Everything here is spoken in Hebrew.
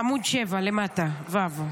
7 למטה, ו'.